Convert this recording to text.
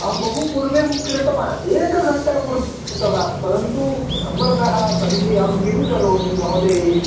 अहं बहुपूर्वं कृतवान् एकघण्टापूर्वं कृतवान् परन्तु सम्मर्दाः सन्ति अहं किं करोमि महोदये